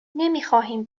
نمیخواهیم